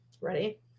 Ready